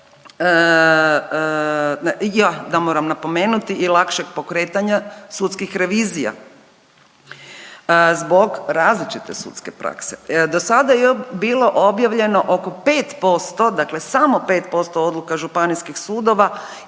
je, moram napomenuti i lakšeg pokretanja sudskih revizija zbog različite sudske prakse. Do sada je bilo objavljeno oko 5%, dakle samo 5% odluka Županijskih sudova